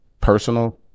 personal